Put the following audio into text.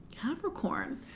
capricorn